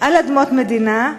על אדמות מדינה.